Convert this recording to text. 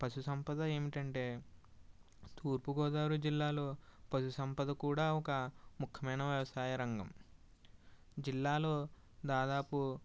పశుసంపద ఏమిటంటే తూర్పుగోదావరి జిల్లాలో పశుసంపద కూడా ఒక ముఖ్యమైన వ్యవసాయ రంగం జిల్లాలో దాదాపు